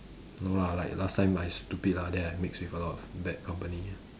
no lah like last time I stupid lah then I mix with a lot of bad company